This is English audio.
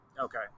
okay